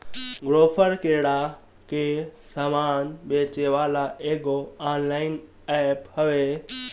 Grofer किरणा के सामान बेचेवाला एगो ऑनलाइन एप्प हवे